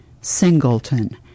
Singleton